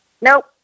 nope